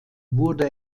wurde